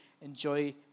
Enjoy